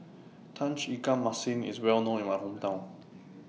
Tauge Ikan Masin IS Well known in My Hometown